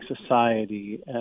society